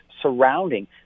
surrounding